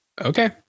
okay